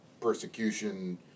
persecution